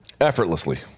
Effortlessly